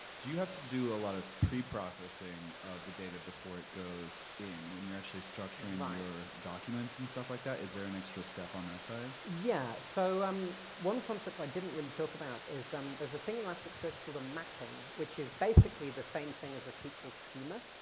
do you have to do a lot of pre-processing of the data before it goes in when you're actually structuring your documents and stuff like that, is there an extra step on that side? yeah. so um one concept i didn't really talk about is um there's a thing in elasticsearch called a mapping which is basically the same thing as a sql schema.